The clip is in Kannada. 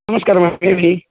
ನಮಸ್ಕಾರ ಮ್ಯಾಮ್ ಹೇಳಿ